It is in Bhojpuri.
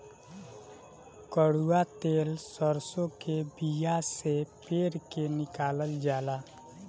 कड़ुआ तेल सरसों के बिया से पेर के निकालल जाला